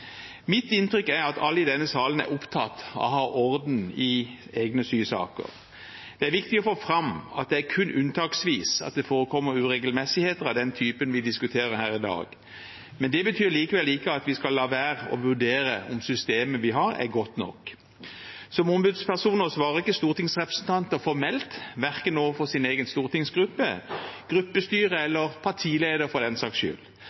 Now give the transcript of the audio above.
Mitt inntrykk er at alle i denne salen er opptatt av å ha orden i egne sysaker. Det er viktig å få fram at det kun unntaksvis forekommer uregelmessigheter av den typen vi diskuterer her i dag. Det betyr likevel ikke at vi skal la være å vurdere om systemet vi har, er godt nok. Som ombudspersoner svarer ikke stortingsrepresentanter formelt overfor verken sin egen stortingsgruppe, sitt eget gruppestyre eller sin egen partileder for den saks skyld.